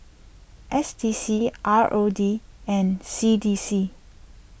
S D C R O D and C D C